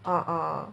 ah ah